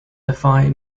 defy